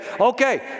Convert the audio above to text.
okay